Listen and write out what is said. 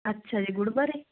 ਅੱਛਾ ਜੀ ਗੁੜ ਬਾਰੇ